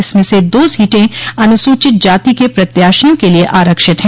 इसमें से दो सीटें अनुसूचित जाति के प्रत्याशियों के लिये आरक्षित है